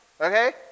okay